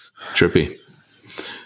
Trippy